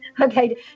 Okay